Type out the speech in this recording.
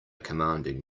commanding